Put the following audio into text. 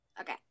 Okay